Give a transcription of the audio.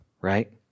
right